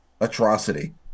atrocity